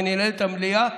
כשננעלת המליאה,